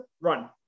run